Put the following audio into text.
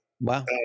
Wow